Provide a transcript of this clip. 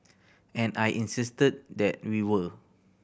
and I insisted that we were